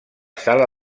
sala